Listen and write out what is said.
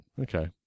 Okay